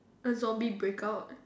a zombie breakout